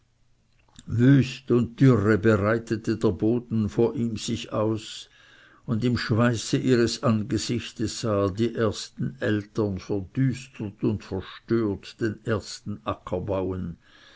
wüst und dürre breitete der erdboden vor ihm sich aus und im schweiße ihres angesichtes sah er die ersten eltern verdüstert und verstört den ersten